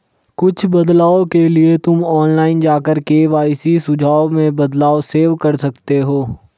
कुछ बदलाव के लिए तुम ऑनलाइन जाकर के.वाई.सी सुझाव में बदलाव सेव कर सकते हो